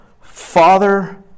Father